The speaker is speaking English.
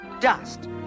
Dust